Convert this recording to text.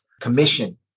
commission